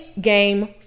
game